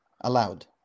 allowed